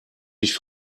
dich